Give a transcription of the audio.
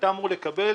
אתה אמור לקבל